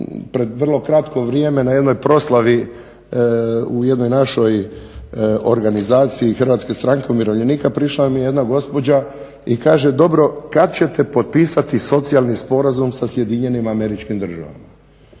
pred vrlo kratko vrijeme na jednoj proslavi u jednoj našoj organizaciji HSU-a prišla mi je jedna gospođa i kaže dobro kada ćete potpisati socijalni sporazum sa SAD-om. Reko, gospođo